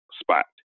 spot